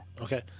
Okay